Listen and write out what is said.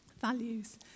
values